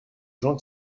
jean